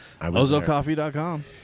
OzoCoffee.com